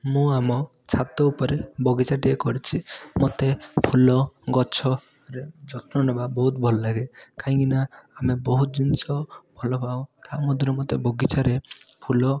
ମୁଁ ଆମ ଛାତ ଉପରେ ବଗିଚାଟିଏ କରିଛି ମୋତେ ଫୁଲ ଗଛରେ ଯତ୍ନ ନେବା ବହୁତ ଭଲ ଲାଗେ କାହିଁକିନା ଆମେ ବହୁତ ଜିନିଷ ଭଲପାଉ ତା' ମଧ୍ୟରେ ମୋତେ ବଗିଚାରେ ଫୁଲ